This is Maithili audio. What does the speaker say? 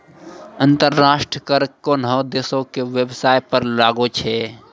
अंतर्राष्ट्रीय कर कोनोह देसो के बेबसाय पर लागै छै